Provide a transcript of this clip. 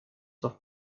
for